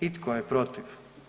I tko je protiv?